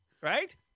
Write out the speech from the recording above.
right